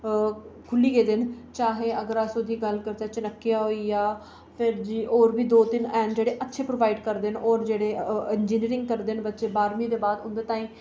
खु'ल्ली गेदे न चाहे अस ओह्दी गल्ल करचै चाणक्या होई गेआ ते होर बी दौं तीन हैन जेह्ड़े अच्छे प्रोवाई़ड करदे जेह्ड़े इंजीनियरिंग करदे बारहमीं दे बाद